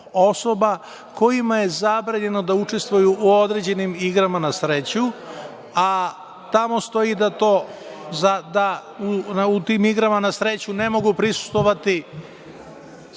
osoba kojima je zabranjeno da učestvuju u određenim igrama na sreću, a tamo stoji da u tim igrama na sreću ne mogu prisustvovati